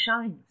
shines